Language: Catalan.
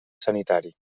sanitari